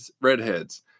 redheads